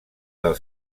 del